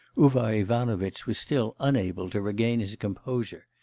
uvar ivanovitch was still unable to regain his composure.